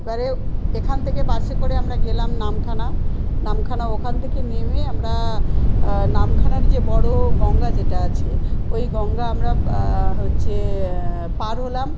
এবারে এখান থেকে বাসে করে আমরা গেলাম নামখানা নামখানা ওখান থেকে নেমে আমরা নামখানার যে বড় গঙ্গা যেটা আছে ওই গঙ্গা আমরা হচ্ছে পার হলাম